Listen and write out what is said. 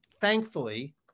Thankfully